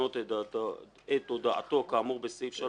יודיע על כך בדרך האמורה באותו סעיף האמור".